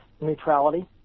neutrality